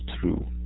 true